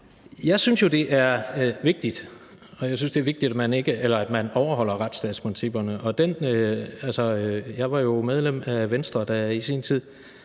jeg synes, det er vigtigt at man overholder retsstatsprincipperne. Jeg var jo medlem af Venstre, da